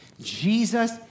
Jesus